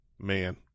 Man